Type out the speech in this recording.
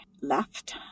left